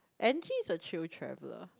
Angie is a chill traveller